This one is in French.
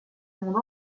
monde